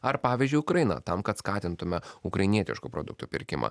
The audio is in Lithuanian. ar pavyzdžiui ukraina tam kad skatintume ukrainietiškų produktų pirkimą